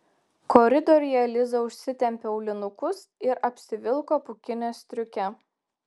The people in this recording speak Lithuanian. koridoriuje liza užsitempė aulinukus ir apsivilko pūkinę striukę